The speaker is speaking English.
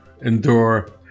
endure